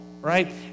right